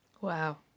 Wow